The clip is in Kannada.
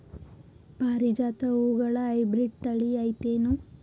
ಪಾರಿಜಾತ ಹೂವುಗಳ ಹೈಬ್ರಿಡ್ ಥಳಿ ಐತೇನು?